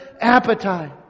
appetite